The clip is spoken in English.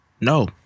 No